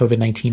COVID-19